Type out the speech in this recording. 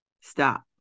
stop